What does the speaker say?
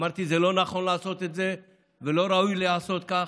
אמרתי: זה לא נכון לעשות את זה ולא ראוי להיעשות כך.